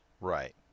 Right